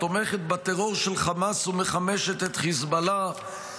התומכת בטרור של חמאס ומחמשת את חיזבאללה.